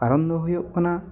ᱠᱟᱨᱚᱱ ᱫᱚ ᱦᱩᱭᱩᱜ ᱠᱟᱱᱟ